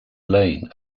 lane